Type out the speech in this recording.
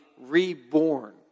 reborn